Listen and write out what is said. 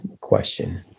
question